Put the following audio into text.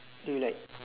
do you like